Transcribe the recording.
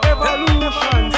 Evolution